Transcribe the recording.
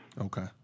okay